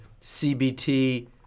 CBT